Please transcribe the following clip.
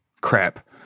crap